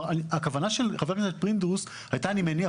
הכוונה של חבר הכנסת פינדרוס הייתה - אני מניח,